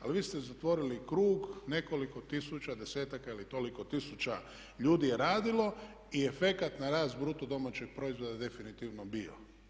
Ali vi ste zatvorili krug nekoliko tisuća, desetaka ili toliko tisuća ljudi je radilo i efekat na rast bruto domaćeg proizvoda je definitivno bio.